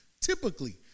typically